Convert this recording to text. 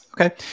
Okay